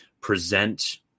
present